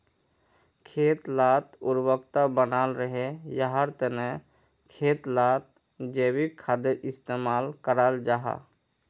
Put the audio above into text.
खेत लार उर्वरता बनाल रहे, याहार तने खेत लात जैविक खादेर इस्तेमाल कराल जाहा